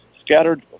scattered